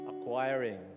acquiring